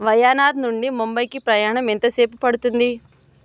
వయనాద్ నుండి ముంబైకి ప్రయాణం ఎంతసేపు పడుతుంది